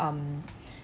um